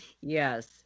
Yes